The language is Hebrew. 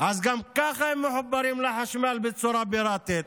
אז גם ככה הם מחוברים לחשמל בצורה פיראטית,